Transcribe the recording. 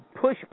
push